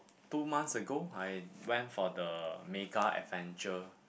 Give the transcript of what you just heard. two months ago I went for the Mega Adventure